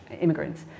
immigrants